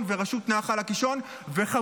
נא לסיים.